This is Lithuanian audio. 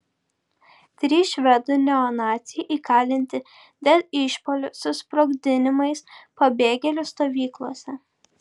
trys švedų neonaciai įkalinti dėl išpuolių su sprogdinimais pabėgėlių stovyklose